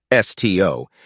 STO